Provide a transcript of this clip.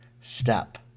step